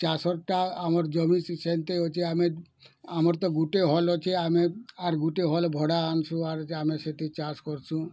ଚାଷଟା ଆମର ଜମି ସେନ୍ତି ଅଛି ଆମେ ଆମର ତ ଗୋଟେ ହଲ୍ ଅଛି ଆମେ ଆର୍ ଗୋଟେ ହଲ୍ ଭଡ଼ା ଆଣୁଛୁ ୟାର୍ ଆମେ ସେଇଠି ଚାଷ୍ କରୁସୁଁ